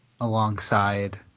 alongside